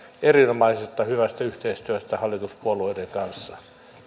erinomaisesta hyvästä yhteistyöstä hallituspuolueiden kanssa